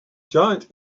giant